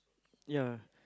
ya